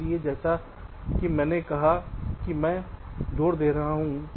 इसलिए जैसा कि मैंने कहा कि मैं जोर दे रहा हूं